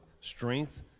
strength